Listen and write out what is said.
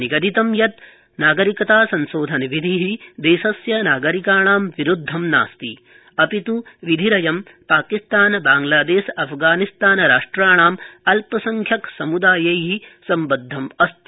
निगदितं च यत् नागरिकतासंशोधनविधि देशस्य नागरिकाणां विरुद्धं नास्ति अपित् विधिरयं पाकिस्तान बाड्ग्लादेश अ गानिस्तान राष्ट्राणाम् अल्पसंख्यकसम्दायै सम्बद्ध अस्ति